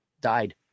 died